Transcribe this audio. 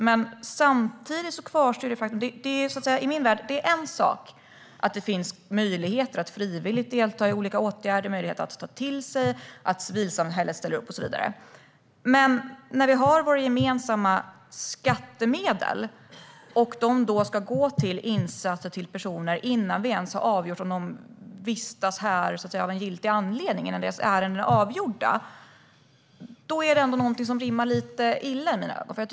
Det är en sak att det finns möjligheter att frivilligt delta i olika åtgärder, att ta till sig kunskaper, att civilsamhället ställer upp och så vidare. Men om våra gemensamma skattemedel ska gå till insatser för personer, innan det ens är avgjort om de vistas här av en giltig anledning, då rimmar det lite illa för mig.